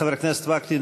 חבר הכנסת וקנין,